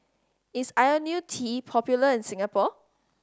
is Ionil T popular in Singapore